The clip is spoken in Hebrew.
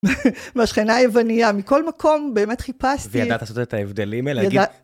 מהשכנה היווניה, מכל מקום באמת חיפשתי. וידעת לעשות את ההבדלים, אלה, אגיד...